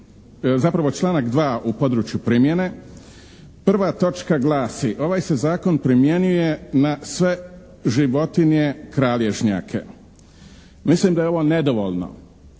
Zapravo članak 2. u području primjene. Prva točka glasi: "Ovaj se zakon primjenjuje na sve životinje kralježnjake." Mislim da je ovo nedovoljno